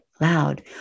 loud